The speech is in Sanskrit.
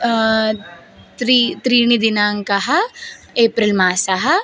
त्री त्रीणि दिनाङ्कः एप्रिल् मासः